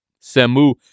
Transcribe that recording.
Samu